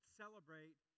celebrate